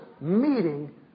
meeting